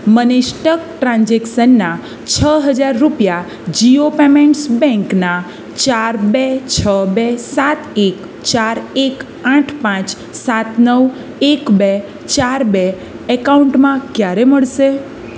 મને શ્ટક ટ્રાન્ઝેક્શનના છ હજાર રૂપિયા જીઓ પેમેન્ટ્સ બેંકના ચાર બે છ બે સાત એક ચાર એક આઠ પાંચ સાત નવ એક બે ચાર બે એકાઉન્ટમાં ક્યારે મળશે